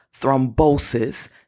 thrombosis